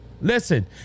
Listen